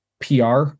PR